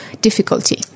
difficulty